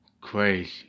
crazy